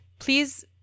Please